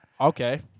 Okay